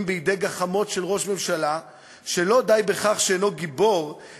בגחמות של ראש ממשלה שלא די בכך שאינו גיבור,